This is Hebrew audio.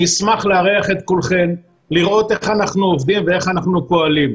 אני אשמח לארח את כולכם לראות איך אנחנו עובדים ואיך אנחנו פועלים.